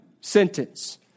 sentence